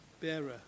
bearer